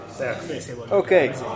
Okay